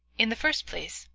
in the first place,